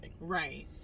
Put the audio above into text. Right